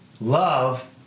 Love